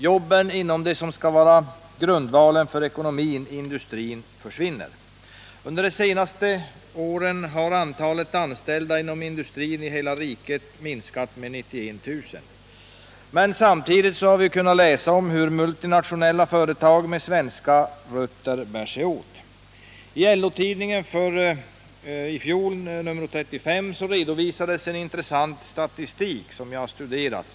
Jobben inom det som skall vara grundvalen för ekonomin, industrin, försvinner. Under de senaste åren har antalet anställda inom industrin i hela riket minskat med 91 000. Men samtidigt har vi kunnat läsa om hur multinationella företag med svenska rötter bär sig åt. I LO-tidningen, nr 35 för i fjol, redovisades en intressant statistik, som jag har studerat.